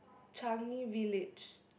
Changi-Village